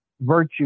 virtue